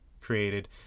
created